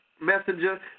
messenger